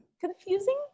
confusing